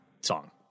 song